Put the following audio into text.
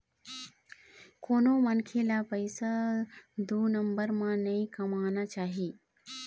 कोनो मनखे ल पइसा दू नंबर म नइ कमाना चाही